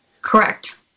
Correct